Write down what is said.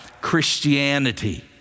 christianity